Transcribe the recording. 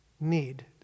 need